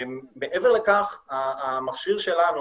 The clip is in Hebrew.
מעבר לכך, המכשיר שלנו